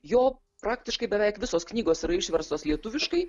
jo praktiškai beveik visos knygos yra išverstos lietuviškai